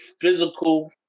physical